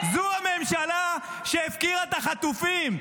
זאת הממשלה שמפקירה את החטופים.